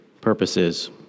purposes